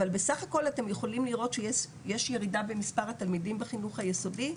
אבל בסך הכל אתם יכולים לראות שיש ירידה במספר התלמידים בחינוך היסודי,